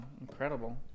incredible